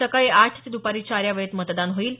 सकाळी आठ ते दूपारी चार यावेळेत मतदान होईल